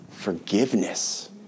Forgiveness